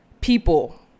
people